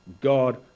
God